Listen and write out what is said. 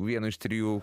vienu iš trijų